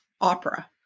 opera